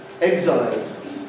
Exiles